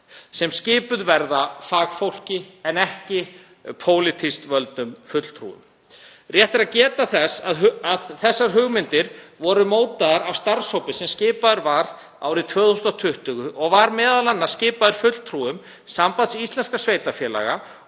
sem skipuð verða fagfólki en ekki pólitískt völdum fulltrúum. Rétt er að geta þess að þessar hugmyndir voru mótaðar af starfshópi sem skipaður var árið 2020 og var m.a. skipaður fulltrúum Sambands íslenskra sveitarfélaga